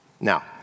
Now